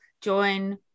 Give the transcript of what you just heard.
join